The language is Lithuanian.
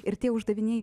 ir tie uždaviniai